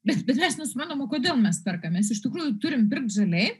bet bet mes nesuprantam o kodėl mes perkam mes iš tikrųjų turim pirk žaliai